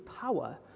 power